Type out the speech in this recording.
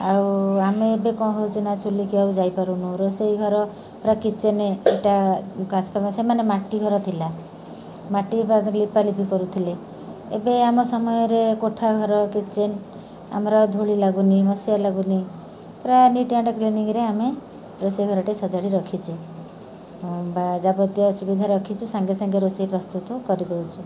ଆଉ ଆମେ ଏବେ କ'ଣ ହେଉଛି ନା ଚୁଲିକି ଆଉ ଯାଇପାରୁନୁ ରୋଷେଇ ଘର ପୁରା କିଚେନ୍ ଏଇଟା ସେମାନେ ମାଟି ଘର ଥିଲା ମାଟି ଲିପାଲିପି କରୁଥିଲେ ଏବେ ଆମ ସମୟରେ କୋଠା ଘର କିଚେନ୍ ଆମର ଧୂଳି ଲାଗୁନି ମସିହା ଲାଗୁନି ପୁରା ନିଟ୍ ଆଣ୍ଡ କ୍ଲିନ୍ କିରେ ଆମେ ରୋଷେଇ ଘରଟି ସଜାଡ଼ି ରଖିଛୁ ବା ଯାବତୀୟ ସୁବିଧା ରଖିଛୁ ସାଙ୍ଗେ ସାଙ୍ଗେ ରୋଷେଇ ପ୍ରସ୍ତୁତ କରିଦଉଛୁ